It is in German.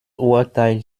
urteil